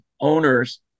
owners